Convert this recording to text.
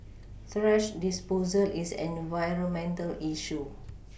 thrash disposal is an environmental issue